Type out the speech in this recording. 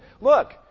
look